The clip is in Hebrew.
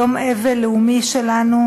יום אבל לאומי שלנו,